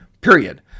period